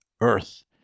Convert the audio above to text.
Earth